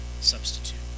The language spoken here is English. substitute